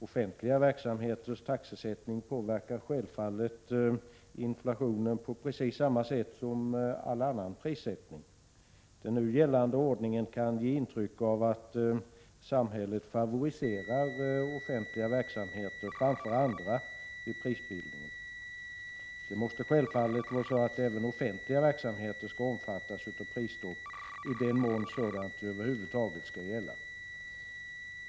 Taxesättningen vad gäller offentliga verksamheter påverkar självfallet inflationen på precis samma sätt som all annan prissättning. Den nu gällande ordningen kan ge intryck av att samhället när det gäller prisbildningen favoriserar offentliga verksamheter framför andra. Självfallet måste även offentliga verksamheter omfattas av prisstopp i den mån sådant över huvud taget skall gälla.